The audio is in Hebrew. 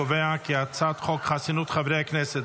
אני קובע כי הצעת חוק חסינות חברי הכנסת,